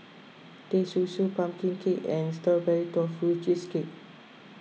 Teh Susu Pumpkin Cake and Strawberry Tofu Cheesecake